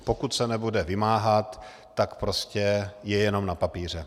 Pokud se nebude vymáhat, tak je prostě jenom na papíře.